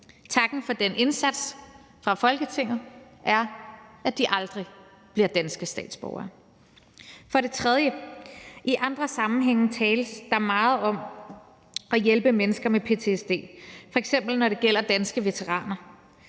Takken for den indsats fra Folketinget er, at de aldrig bliver danske statsborgere. For det tredje tales der i andre sammenhænge meget om at hjælpe mennesker med ptsd, f.eks. når det gælder danske veteraner.